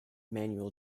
manual